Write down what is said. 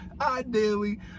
Ideally